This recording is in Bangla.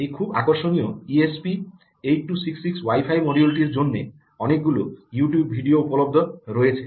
এই খুব আকর্ষণীয় ইএসপি 8266 ওয়াই ফাই মডিউলটির জন্য অনেকগুলি ইউটিউব ভিডিও উপলব্ধ রয়েছে